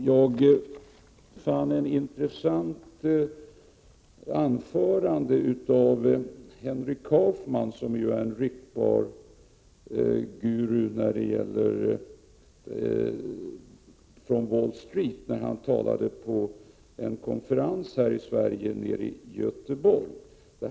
Jag fann ett intressant anförande av Henry Kaufman, som ju är en ryktbar guru från Wall Street, när han talade på en konferens i Göteborg.